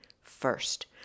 first